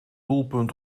doelpunt